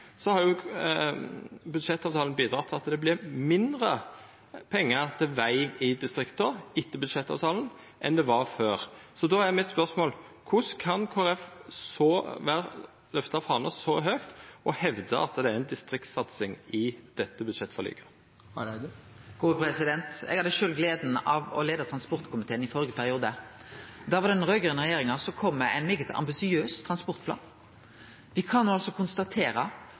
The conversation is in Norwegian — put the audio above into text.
så høgt og hevda at det er ei distriktssatsing i dette budsjettforliket? Eg hadde sjølv gleda av å leie transportkomiteen i førre periode. Da kom den raud-grøne regjeringa med ein svært ambisiøs transportplan. Me kan altså konstatere